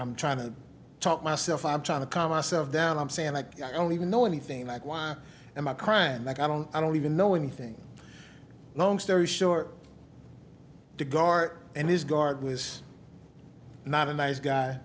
i'm trying to talk myself i'm trying to calm myself down i'm saying like i don't even know anything like why am i crying like i don't i don't even know anything long story short the guard and his guard was not a nice guy